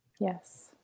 Yes